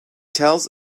tells